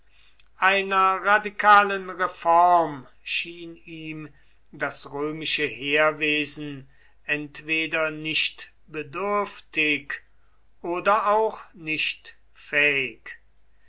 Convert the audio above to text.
einer radikalen reform schien ihm das römische heerwesen entweder nicht bedürftig oder auch nicht fähig